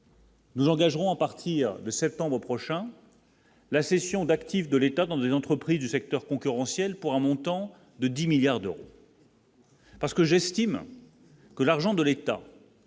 Nous engagerons à partir de septembre prochain. La cession d'actifs de l'État dans une entreprise du secteur concurrentiel, pour un montant de 10 milliards d'euros. Parce que j'estime que l'argent de l'État.